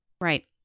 Right